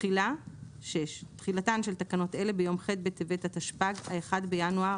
תחילה 6. תחילתן של תקנות אלה ביום ח' בטבת התשפ"ג (1 בינואר